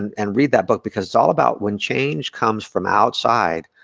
and read that book because it's all about when change comes from outside,